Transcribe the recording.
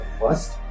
first